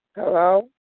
Hello